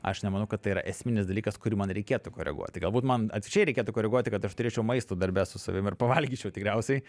aš nemanau kad tai yra esminis dalykas kurį man reikėtų koreguoti galbūt man atvirkščiai reikėtų koreguoti kad aš turėčiau maisto darbe su savim ir pavalgyčiau tikriausiai